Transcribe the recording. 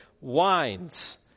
wines